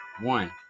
One